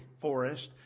forest